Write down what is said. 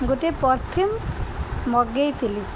ଗୋଟେ ପରଫ୍ୟୁମ୍ ମଗାଇଥିଲି